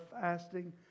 fasting